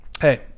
hey